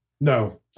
No